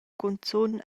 cunzun